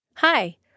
Hi